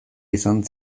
izan